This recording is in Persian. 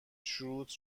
شروط